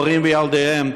הורים וילדיהם,